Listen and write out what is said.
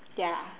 ya